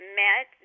met